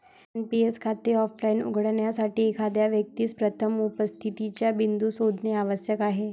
NPS खाते offline उघडण्यासाठी, एखाद्या व्यक्तीस प्रथम उपस्थितीचा बिंदू शोधणे आवश्यक आहे